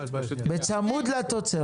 בצמוד לתוצרת.